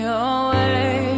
away